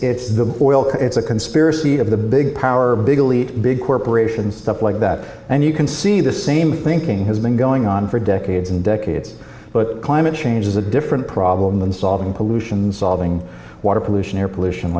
oil it's a conspiracy of the big power big big corporations stuff like that and you can see the same thinking has been going on for decades and decades but climate change is a different problem than solving pollution solving water pollution air pollution